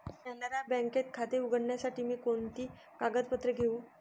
कॅनरा बँकेत खाते उघडण्यासाठी मी कोणती कागदपत्रे घेऊ?